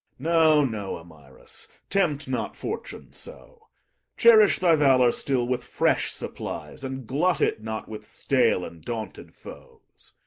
no, no, amyras tempt not fortune so cherish thy valour still with fresh supplies, and glut it not with stale and daunted foes.